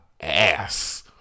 ass